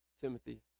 Timothy